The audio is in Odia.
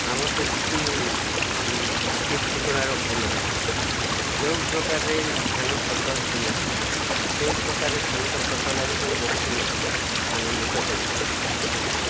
ଆମର ତ କିଛି ଠିକ୍ ଠିକଣା ରଖୁନାହାନ୍ତି ଯୋଉ ପ୍ରକାରରେ ଧାନ ଫସଲ ହୁଏ ସେଇ ପ୍ରକାର ଧାନଟା ଫସଲ ହେଲେ ଏବଂ ବହୁତ ଆନନ୍ଦିତ ହୋଇଥାନ୍ତି